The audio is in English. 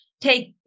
take